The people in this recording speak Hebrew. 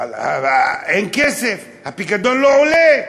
אבל אין כסף, הפיקדון לא עולה,